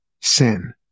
sin